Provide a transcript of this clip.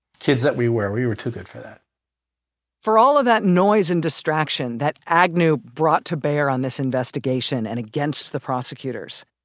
kids that we were, we were too good for that for all of that noise and distraction that agnew brought to bear on this investigation, and against the prosecutors,